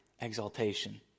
exaltation